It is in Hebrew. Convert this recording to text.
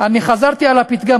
אני חזרתי על הפתגם,